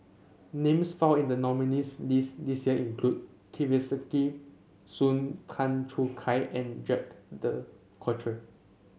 names found in the nominees' list this year include Kesavan Soon Tan Choo Kai and Jacques De Coutre